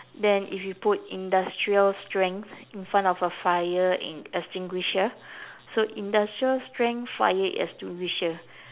then if you put industrial strength in front of a fire e~ extinguisher so industrial strength fire extinguisher